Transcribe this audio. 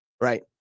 Right